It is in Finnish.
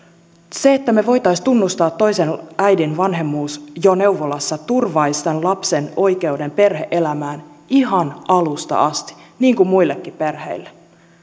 se että me voisimme tunnustaa toisen äidin vanhemmuuden jo neuvolassa turvaisi tämän lapsen oikeuden perhe elämään ihan alusta asti niin kuin on muillakin perheillä